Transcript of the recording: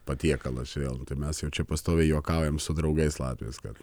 patiekalas vėl mes jau čia pastoviai juokaujam su draugais latviais kad